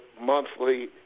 monthly